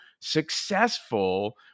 successful